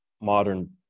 modern